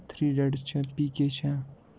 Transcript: three Idiots چھےٚ پی کے چھےٚ